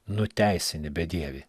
nuteisini bedievį